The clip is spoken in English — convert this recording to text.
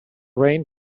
rain